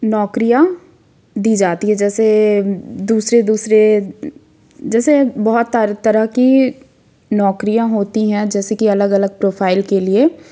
नौकरियाँ दी जाती हैं जैसे दूसरे दूसरे जैसे बहुत तरह की नौकरियाँ होती है जैसे कि अलग अलग प्रोफाइल के लिए